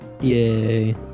Yay